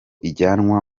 ijyanwa